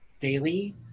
daily